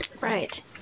Right